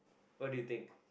what do you think